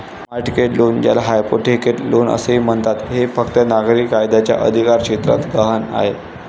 mortgage loan, ज्याला hypothecate loan असेही म्हणतात, हे फक्त नागरी कायद्याच्या अधिकारक्षेत्रात गहाण आहे